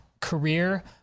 career